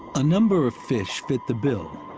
a number of fish fit the bill,